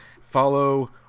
follow